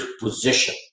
position